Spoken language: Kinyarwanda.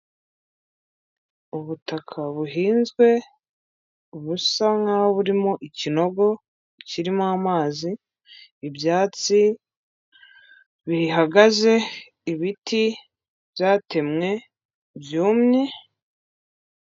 Ubutaka buhinzwe busa nkaho burimo ikinogo kirimo amazi, ibyatsi bihagaze, ibiti byatemwe byumye,